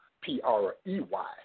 P-R-E-Y